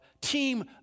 team